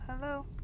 hello